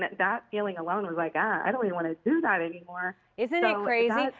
that that feeling alone was like, i don't really want to do that anymore. isn't it crazy?